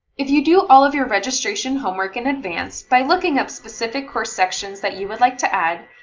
if you do all of your registration homework in advance by looking up specific course sections that you would like to add,